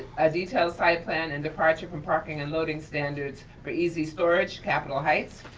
a detailed site plan and departure from parking and loading standards for easy storage, capitol heights,